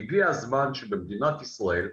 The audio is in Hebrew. הגיע הזמן שבמדינת ישראל,